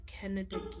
Canada